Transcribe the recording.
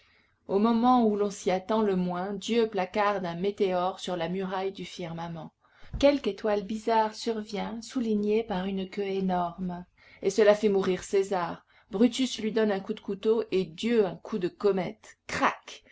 au moment où l'on s'y attend le moins dieu placarde un météore sur la muraille du firmament quelque étoile bizarre survient soulignée par une queue énorme et cela fait mourir césar brutus lui donne un coup de couteau et dieu un coup de comète crac